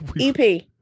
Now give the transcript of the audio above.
EP